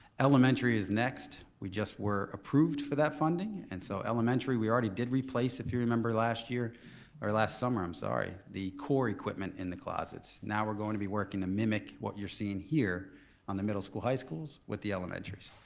elementary is next, we just were approved for that funding. and so elementary we already did replace, if you remember, last year or last summer i'm sorry, the core equipment in the closets. now we're going to be working to mimic what you're seeing here on the middle school, high schools with the elementarys.